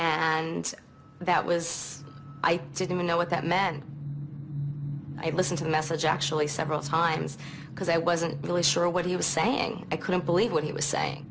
and that was i didn't know what that meant i listen to the message actually several times because i wasn't really sure what he was saying i couldn't believe what he was saying